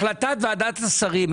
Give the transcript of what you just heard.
החלטת ועדת השרים,